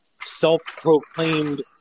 self-proclaimed